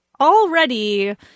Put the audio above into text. already